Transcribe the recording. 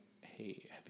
hey